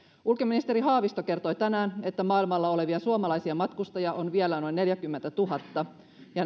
ulkoministeri haavisto kertoi tänään että maailmalla olevia suomalaisia matkustajia on vielä noin neljäkymmentätuhatta